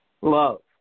love